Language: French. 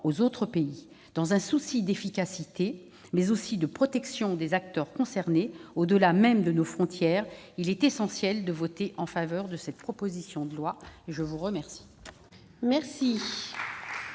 aux autres pays. Dans un souci d'efficacité, mais aussi de protection des acteurs concernés, au-delà même de nos frontières, il est essentiel de voter en faveur de cette proposition de loi. La parole